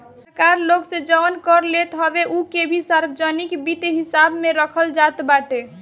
सरकार लोग से जवन कर लेत हवे उ के भी सार्वजनिक वित्त हिसाब में रखल जात बाटे